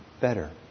better